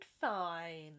fine